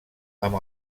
amb